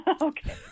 Okay